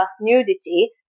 nudity